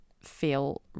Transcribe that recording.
feel